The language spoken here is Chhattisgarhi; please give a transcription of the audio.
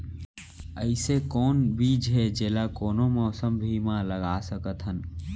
अइसे कौन बीज हे, जेला कोनो मौसम भी मा लगा सकत हन?